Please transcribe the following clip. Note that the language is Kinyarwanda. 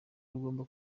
rugomba